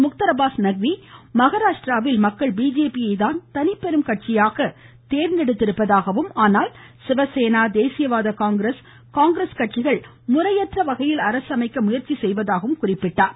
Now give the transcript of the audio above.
முக்தார் அப்பாஸ்நக்வி மகாராஷ்ட்ராவில் மக்கள் பிஜேபியைதான் தனிப்பெரும் கட்சியாக தேர்ந்தெடுத்திருப்பதாகவும் ஆனால் சிவசேனா தேசியவாத காங்கிரஸ் காங்கிரஸ் கட்சிகள் முறையற்ற அரசு அமைக்க முயற்சி செய்வதாகவும் குறிப்பிட்டார்